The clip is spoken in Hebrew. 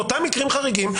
באותם מקרים חריגים,